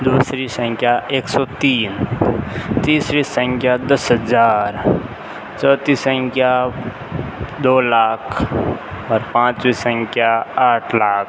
दूसरी संख्या एक सौ तीन तीसरी संख्या दस हज़ार चौथी संख्या दो लाख और पाँचवीं संख्या आठ लाख